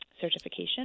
certification